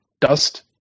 Dust